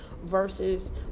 versus